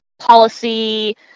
policy